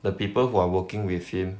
the people who are working with him